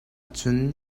cun